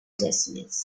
destinies